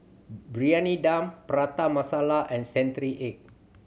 Briyani Dum Prata Masala and century egg